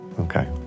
okay